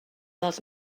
dels